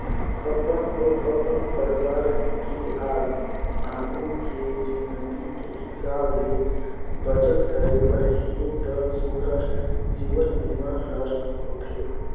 अपन अउ अपन परवार के आघू के जिनगी के हिसाब ले बचत करे बर हे त सुग्घर जीवन बीमा हर होथे